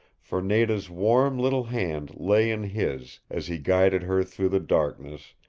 for nada's warm little hand lay in his as he guided her through the darkness,